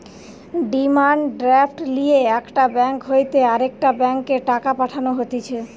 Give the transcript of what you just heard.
demand draft লিয়ে একটা bank হইতে আরেকটা ব্যাংকে টাকা পাঠানো হতিছে